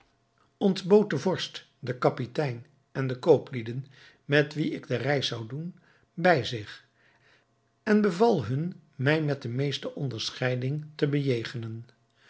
de vorst den kapitein en de kooplieden met wie ik de reis zou doen bij zich en beval hun mij met de meeste onderscheiding te